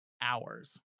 hours